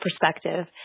perspective